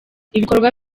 ibikorwa